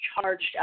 charged